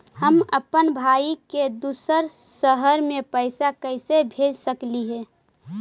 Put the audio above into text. हम अप्पन भाई के दूसर शहर में पैसा कैसे भेज सकली हे?